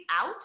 out